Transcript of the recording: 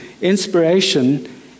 inspiration